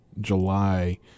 july